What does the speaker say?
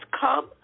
come